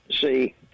See